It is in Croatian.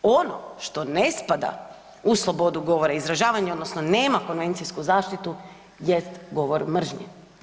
Ono što ne spada u slobodu govora i izražavanja, odnosno nema konvencijsku zaštitu jest govor mržnje.